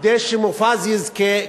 כדי שמופז יזכה,